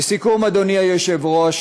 לסיכום, אדוני היושב-ראש,